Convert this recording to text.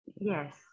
Yes